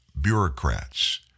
Bureaucrats